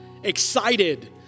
Excited